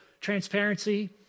Transparency